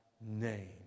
name